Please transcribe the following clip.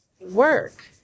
work